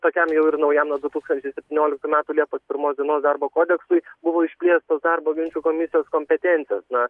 tokiam jau ir naujam nuo du tūkstančiai septynioliktų metų liepos pirmos darbo kodeksui buvo iškviestos darbo ginčų komisijos kompetencijos na